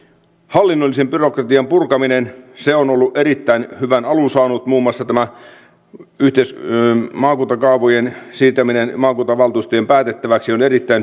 hallinnollisen byrokratian purkaminen on erittäin hyvän alun saanut muun muassa tämä maakuntakaavojen siirtäminen maakuntavaltuustojen päätettäväksi on erittäin hyvä päätös